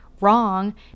wrong